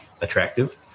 attractive